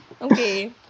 okay